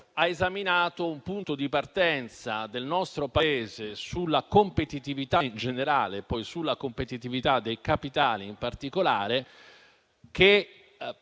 esaminando il punto di partenza del nostro Paese nell'ambito della competitività in generale, e poi dalla competitività dei capitali in particolare, che